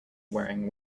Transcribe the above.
wearing